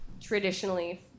traditionally